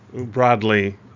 broadly